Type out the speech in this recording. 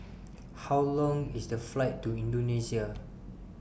How Long IS The Flight to Indonesia